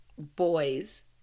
boys